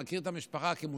אני מכיר את המשפחה כמושרשת,